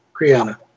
Kriana